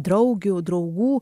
draugių draugų